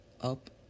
up